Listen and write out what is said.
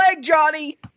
Johnny